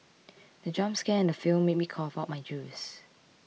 the jump scare in the film made me cough out my juice